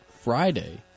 Friday